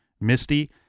Misty